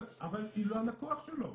אבל היא לא הלקוח שלו.